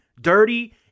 dirty